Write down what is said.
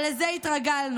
אבל לזה התרגלנו.